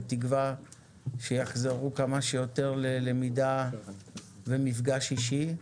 בתקווה שיחזרו כמה שיותר ללמידה במפגש אישי.